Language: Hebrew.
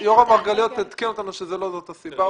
פרופסור יורם מרגליות עדכן אותנו שלא זאת הסיבה.